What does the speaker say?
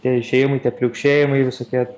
tie išėjimai tie pliaukšėjimai visokie